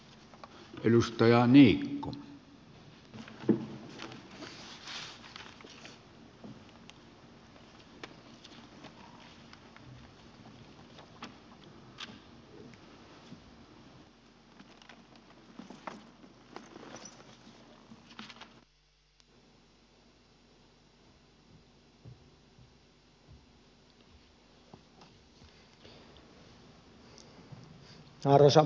arvoisa puhemies